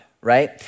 right